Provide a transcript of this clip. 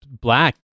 black